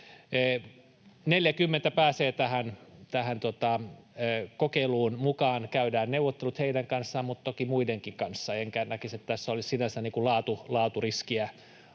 40 pääsee tähän kokeiluun mukaan. Heidän kanssaan käydään neuvottelut, mutta toki muidenkin kanssa, enkä näkisi, että tässä olisi sinänsä laaturiskiä